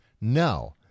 no